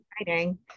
exciting